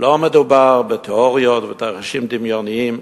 לא מדובר בתיאוריות ובתרחישים דמיוניים.